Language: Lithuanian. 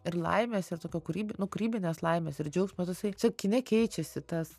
ir laimės ir tokio kūryb nu kūrybinės laimės ir džiaugsmas jisai tiesiog kine keičiasi tas